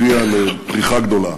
הביאה לפריחה גדולה,